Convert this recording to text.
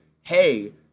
hey